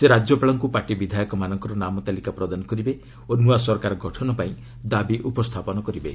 ସେ ରାଜ୍ୟପାଳଙ୍କୁ ପାର୍ଟି ବିଧାୟକମାନଙ୍କର ନାମ ତାଲିକା ପ୍ରଦାନ କରିବେ ଓ ନୂଆ ସରକାର ଗଠନ ପାଇଁ ଦାବି ଉପସ୍ଥାପନ କରିବେ